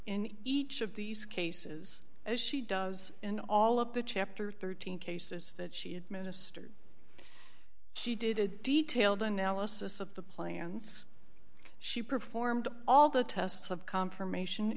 in each of these cases as she does in all of the chapter thirteen cases that she had ministered she did a detailed analysis of the plans she performed all the tests of confirmation